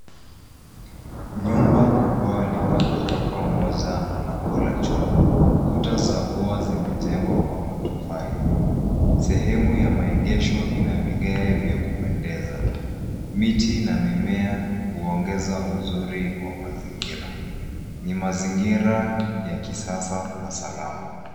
Nyumba kubwa lina ghorofa moja na lango la chuma. Kuta za ua zimejengwa kwa matofali. Sehemu ya maegesho ina vigae vya kupendeza. Miti na mimea huongeza uzuri wa mazingira. Ni mazingira ya kisasa na salama.